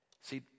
See